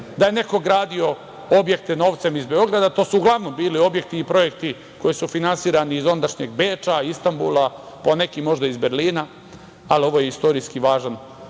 da je neko gradio objekte novcem iz Beograda. To su uglavnom bili objekti i projekti koji su finansirani iz ondašnjeg Beča, Istanbula, poneki možda iz Berlina, ali ovo je istorijski važan